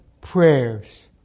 prayers